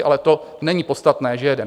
Ale to není podstatné, že jeden.